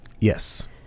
Yes